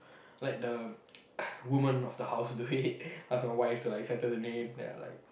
let the woman of the house do it ask my wife to like settle the name then I'll like